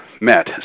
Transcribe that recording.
met